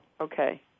Okay